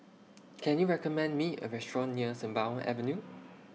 Can YOU recommend Me A Restaurant near Sembawang Avenue